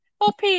OP